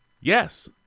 yes